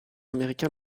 américain